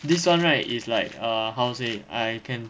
this [one] right is like how to say I can